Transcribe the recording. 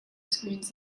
screens